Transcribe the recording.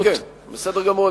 כן, כן, בסדר גמור.